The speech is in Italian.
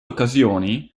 occasioni